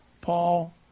Paul